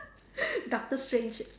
doctor strange